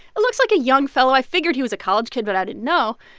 it looks like a young fellow. i figured he was a college kid, but i didn't know.